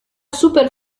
super